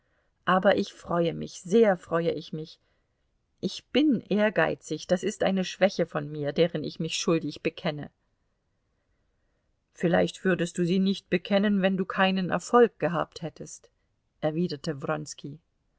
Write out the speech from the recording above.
aber ich freue mich sehr freue ich mich ich bin ehrgeizig das ist eine schwäche von mir deren ich mich schuldig bekenne vielleicht würdest du sie nicht bekennen wenn du keinen erfolg gehabt hättest erwiderte